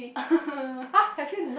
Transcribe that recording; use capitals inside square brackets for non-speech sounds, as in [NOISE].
[LAUGHS]